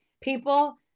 people